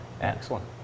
Excellent